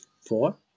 four